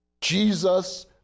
Jesus